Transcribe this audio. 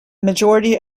majority